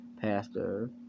pastor